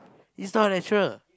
is not natural